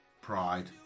Pride